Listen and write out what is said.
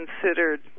considered